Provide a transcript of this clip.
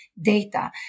data